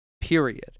period